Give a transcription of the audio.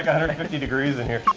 hundred and fifty degrees in here.